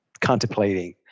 contemplating